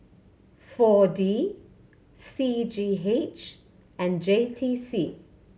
Four D C G H and J T C